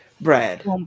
Brad